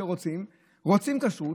שרוצים כשרות,